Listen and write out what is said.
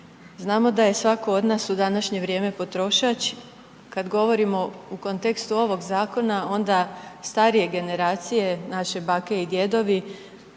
Znamo da je svako od nas u današnje vrijeme potrošač, kad govorimo u kontekstu ovog zakona onda starije generacije, naše bake i djedovi